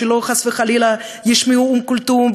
שחס וחלילה לא ישמעו אום כולתום,